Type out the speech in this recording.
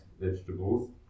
vegetables